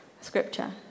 scripture